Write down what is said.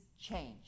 change